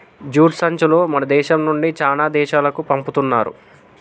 jute సంచులు మన దేశం నుండి చానా దేశాలకు పంపుతున్నారు